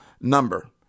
number